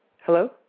hello